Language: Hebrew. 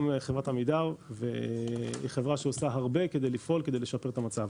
גם חברת עמידר היא חברה שעושה הרבה כדי לפעול כדי לשפר את המצב.